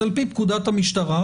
על פי פקודת המשטרה,